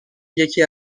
یکی